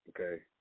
Okay